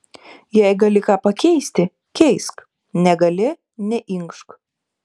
jei gali ką pakeisti keisk negali neinkšk